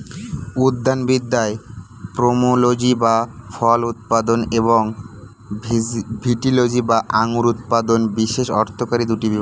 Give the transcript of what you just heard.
উদ্যানবিদ্যায় পোমোলজি বা ফল উৎপাদন এবং ভিটিলজি বা আঙুর উৎপাদন বিশেষ অর্থকরী দুটি বিভাগ